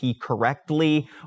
correctly